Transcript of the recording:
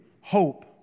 hope